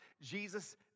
Jesus